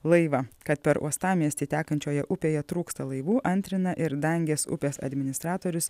laivą kad per uostamiestį tekančioje upėje trūksta laivų antrina ir dangės upės administratorius